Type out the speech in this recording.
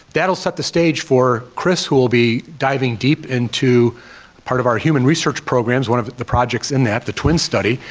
that'll set the stage for chris, who will be diving deep into part of our human research programs, one of the projects in that, the twin study,